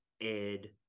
ed